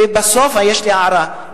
ובסוף יש לי הערה.